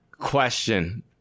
question